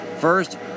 First